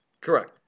Correct